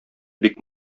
бик